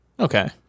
Okay